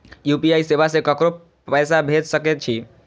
UPI सेवा से ककरो पैसा भेज सके छी?